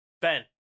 ben